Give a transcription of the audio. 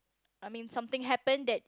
I mean something happened that